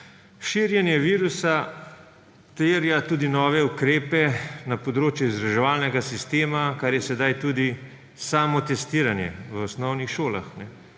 Širjenje virusa terja tudi nove ukrepe na področju izobraževalnega sistema, kar je sedaj tudi samotestiranje v osnovnih šolah